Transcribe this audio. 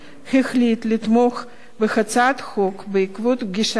החליט לתמוך בהצעת החוק בעקבות פגישתי